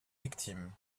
victime